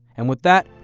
and with that,